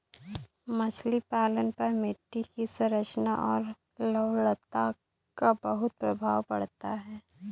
मछली पालन पर मिट्टी की संरचना और लवणता का बहुत प्रभाव पड़ता है